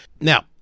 Now